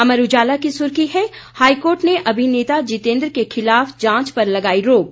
अमर उजाला की सुर्खी है हाईकोर्ट ने अभिनेता जितेन्द्र के खिलाफ जांच पर लगाई रोक